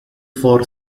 for